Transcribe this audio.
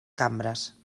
cambres